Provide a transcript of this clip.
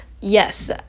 yes